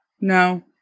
No